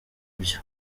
byo